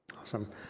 Awesome